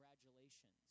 congratulations